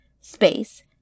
space